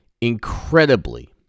incredibly